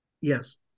Yes